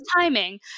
timing